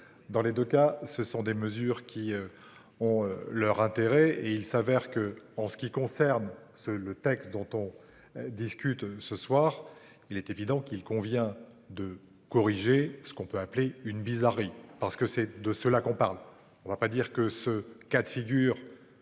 Dans les 2 cas, ce sont des mesures qui. Ont leur intérêt et il s'avère que en ce qui concerne ce le texte dont on discute ce soir. Il est évident qu'il convient de corriger ce qu'on peut appeler une bizarrerie parce que c'est de cela qu'on parle, on va pas dire que ce cas de figure.